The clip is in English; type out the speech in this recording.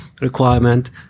requirement